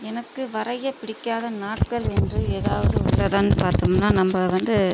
எனக்கு வரைய பிடிக்காத நாட்கள் என்று ஏதாவது உள்ளதான்னு பார்த்தோம்னா நம்ப வந்து